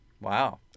Wow